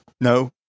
No